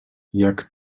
jak